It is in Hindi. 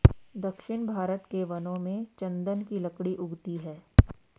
दक्षिण भारत के वनों में चन्दन की लकड़ी उगती है